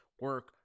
Work